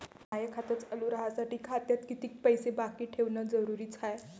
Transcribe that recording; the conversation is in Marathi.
माय खातं चालू राहासाठी खात्यात कितीक पैसे बाकी ठेवणं जरुरीच हाय?